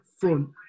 front